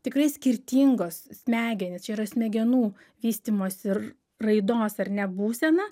tikrai skirtingos smegenys čia yra smegenų vystymosi ir raidos ar ne būsena